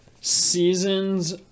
seasons